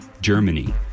Germany